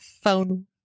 phone